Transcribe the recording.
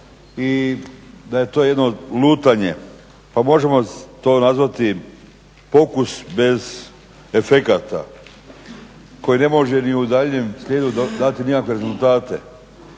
i da je to jedno lutanje. Pa možemo to nazvati pokus bez efekata koji ne može ni u daljnjem slijedu dati nikakve rezultate.